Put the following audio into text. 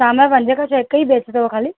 शाम खां पंजे खां सिर्फ़ु हिकु ई स्पेस अथव खाली